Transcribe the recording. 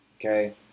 okay